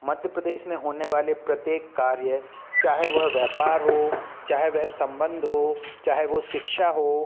मध्य प्रदेश में होने वाले प्रत्येक कार्य चाहे वह व्यापार हो चाहे वह सम्बन्ध हो चाहे वह शिक्षा हो